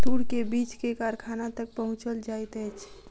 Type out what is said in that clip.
तूर के बीछ के कारखाना तक पहुचौल जाइत अछि